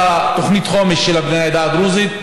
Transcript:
על תוכנית החומש של בני העדה הדרוזית.